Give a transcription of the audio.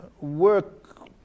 work